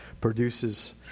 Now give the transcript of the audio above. produces